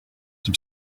have